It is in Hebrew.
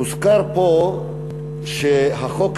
הוזכר פה שהחוק הזה,